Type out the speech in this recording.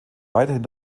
weiterhin